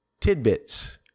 Tidbits